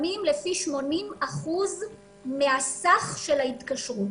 משולמים לפי 80% מהסך של ההתקשרות.